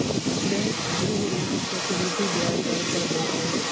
bank गृह ऋण चक्रवृद्धि ब्याज दर पर दैत अछि